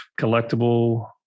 collectible